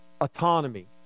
Autonomy